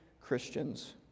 Christians